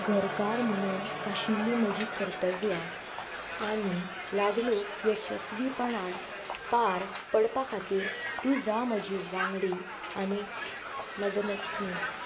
घरकार म्हुणून आशिल्लीं म्हजी कर्तव्यां आनी लागणुक येसस्वीपणान पार पडपा खातीर तूं जा म्हजी वांगडी आनी मजनतनीस